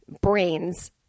brains